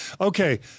Okay